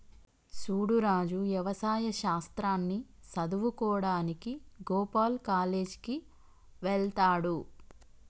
సూడు రాజు యవసాయ శాస్త్రాన్ని సదువువుకోడానికి గోపాల్ కాలేజ్ కి వెళ్త్లాడు